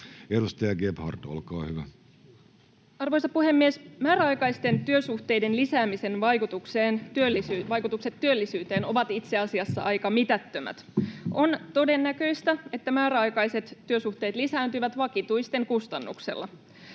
Edustaja Gebhard, olkaa hyvä. Arvoisa puhemies! Määräaikaisten työsuhteiden lisäämisen vaikutukset työllisyyteen ovat itse asiassa aika mitättömät. On todennäköistä, että määräaikaiset työsuhteet lisääntyvät vakituisten kustannuksella.